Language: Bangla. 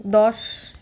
দশ